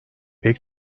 pek